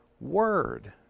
word